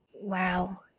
Wow